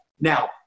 Now